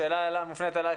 השאלה מופנית אליך,